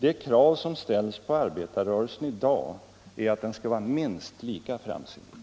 Det krav som ställs på arbetarrörelsen i dag är att den skall vara minst lika framsynt.